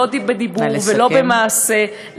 לא בדיבור ולא במעשה,